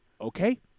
Okay